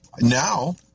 now